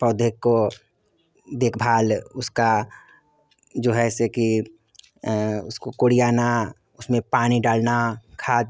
पौधे की देख भाल उसकी जो है ऐसे कि उसको कोड़ियाना उसमें पानी डालना खाद